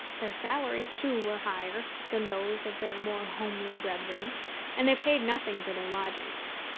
their salaries, too, were higher than those of their more homely brethren and they paid nothing for their lodgings.